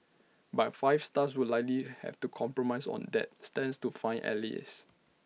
but five stars would likely have to compromise on that stands to find allies